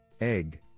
Egg